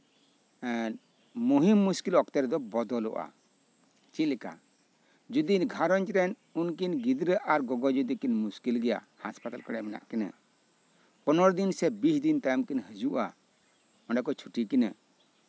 ᱢᱩᱦᱤᱢ ᱢᱩᱥᱠᱤᱞ ᱚᱠᱛᱮ ᱨᱮᱫᱚ ᱵᱚᱫᱚᱞᱚᱜᱼᱟ ᱡᱮᱞᱮᱠᱟ ᱡᱚᱫᱤ ᱜᱷᱟᱨᱚᱸᱡᱽ ᱨᱮᱱ ᱩᱱᱠᱤᱱ ᱜᱤᱫᱽᱨᱟᱹ ᱟᱨ ᱜᱚᱜᱚ ᱡᱚᱫᱤ ᱠᱤᱱ ᱢᱩᱥᱠᱤᱞ ᱜᱮᱭᱟ ᱦᱟᱥᱯᱟᱛᱟᱞ ᱠᱚᱨᱮ ᱢᱮᱱᱟᱜ ᱠᱤᱱᱟ ᱯᱚᱱᱨᱚ ᱫᱤᱱ ᱥᱮ ᱵᱤᱥ ᱫᱤᱱ ᱛᱟᱭᱚᱢ ᱠᱤᱱ ᱦᱤᱡᱩᱜᱼᱟ ᱚᱱᱰᱮ ᱠᱚ ᱪᱷᱩᱴᱤ ᱠᱤᱱᱟ